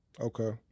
okay